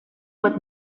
with